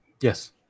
Yes